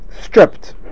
stripped